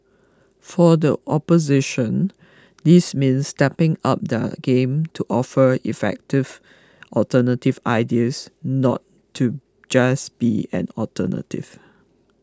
for the opposition this means stepping up their game to offer effective alternative ideas not to just be an alternative